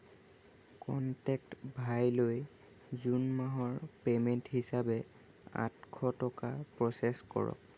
contact ভাইলৈ জুন মাহৰ পে'মেণ্ট হিচাপে আঠশ টকা প্ৰচেছ কৰক